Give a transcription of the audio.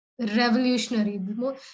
revolutionary